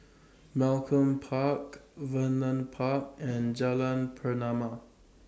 Malcolm Park Vernon Park and Jalan Pernama